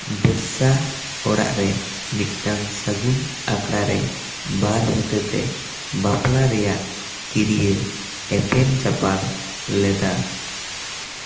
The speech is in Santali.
ᱵᱮᱥᱥᱟ ᱚᱲᱟᱜ ᱨᱮ ᱢᱤᱫᱴᱟᱝ ᱥᱟᱹᱜᱩᱱ ᱟᱠᱷᱲᱟ ᱨᱮ ᱵᱟᱨ ᱦᱚᱛᱮᱛᱮ ᱵᱟᱯᱞᱟ ᱨᱮᱭᱟᱜ ᱠᱤᱨᱭᱟᱹ ᱮᱯᱮᱢ ᱪᱟᱯᱟᱞ ᱞᱮᱫᱟ